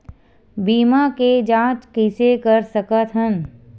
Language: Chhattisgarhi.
बीमा के जांच कइसे कर सकत हन?